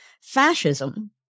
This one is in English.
Fascism